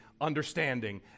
understanding